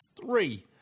three